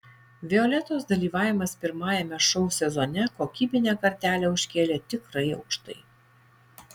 violetos dalyvavimas pirmajame šou sezone kokybinę kartelę užkėlė tikrai aukštai